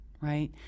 right